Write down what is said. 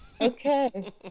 Okay